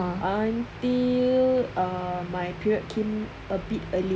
until uh my period came a bit earlier